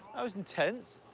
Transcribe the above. that was intense.